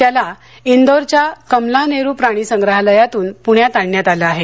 त्याला इंदोरच्या कमला नेहरू प्राणी संग्रहालयातून पुण्यात आणण्यात आलं आहे